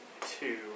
two